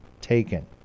taken